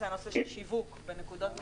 הנושא של שיווק בנקודות מכירה,